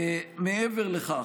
מעבר לכך,